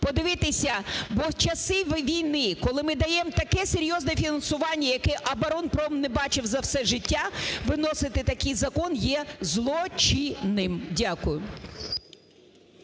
подивитися. Бо в часи війни, коли ми даємо таке серйозне фінансування, яке оборонпром не бачив за все життя, виносити такий закон є злочинним. Дякую.